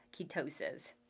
ketosis